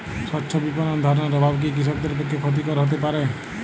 স্বচ্ছ বিপণন ধারণার অভাব কি কৃষকদের পক্ষে ক্ষতিকর হতে পারে?